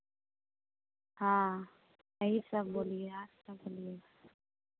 हाँ यही सब बोलिए और क्या बोलिएगा